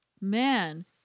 man